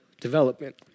development